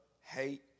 hate